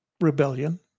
rebellion